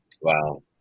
Wow